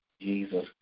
Jesus